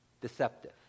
Deceptive